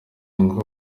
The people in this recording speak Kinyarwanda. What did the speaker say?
ngo